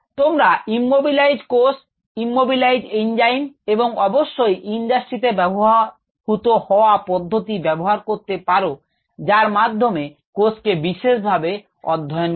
তোমরা ইম্যবিলাইজ কোষ immobilized enzyme এবং অবশ্যই ইন্ডাস্ট্রিতে ব্যবহৃত হওয়া পদ্ধতি ব্যাবহার করতে পার যার মাধ্যমে কোষকে বিশেষভাবে অধ্যয়ন করা হয়